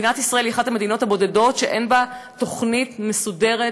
מדינת ישראל היא אחת המדינות הבודדות שאין בה תוכנית מסודרת,